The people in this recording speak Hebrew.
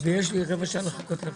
של החשבוניות יידחה למחר או מוחרתיים.